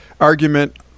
argument